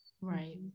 Right